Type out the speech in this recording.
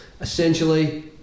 essentially